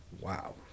Wow